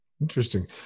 Interesting